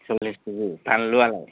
सल्लिस केजि बानलुवालाय